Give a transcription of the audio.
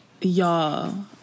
Y'all